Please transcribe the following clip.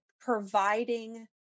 providing